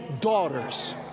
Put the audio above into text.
daughters